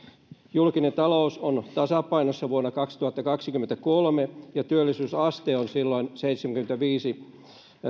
julkinen talous on tasapainossa vuonna kaksituhattakaksikymmentäkolme ja työllisyysaste on silloin seitsemänkymmentäviisi